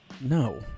No